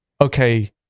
okay